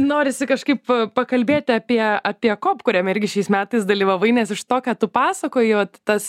norisi kažkaip pakalbėti apie apie kop kuriame irgi šiais metais dalyvavai nes iš to ką tu pasakojai vat tas